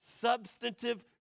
substantive